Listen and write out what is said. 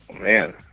Man